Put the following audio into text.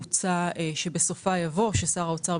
מוצע שבסופה יבוא ששר האוצר,